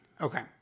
Okay